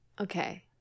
Okay